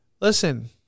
listen –